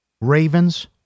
Ravens